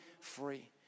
free